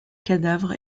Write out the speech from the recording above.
cadavre